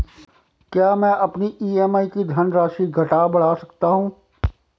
क्या मैं अपनी ई.एम.आई की धनराशि घटा बढ़ा सकता हूँ?